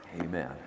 Amen